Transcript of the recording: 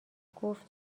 گفت